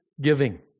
giving